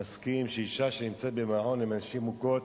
מסכים שאשה שנמצאת במעון לנשים מוכות,